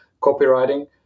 copywriting